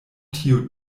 tiu